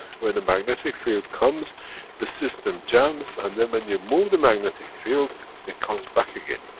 when a magnetic field comes the system jams, and then when you move the magnetic field it comes back again.